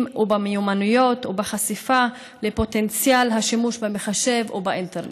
ובמיומנויות ובחשיפה לפוטנציאל השימוש במחשב ובאינטרנט.